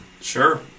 sure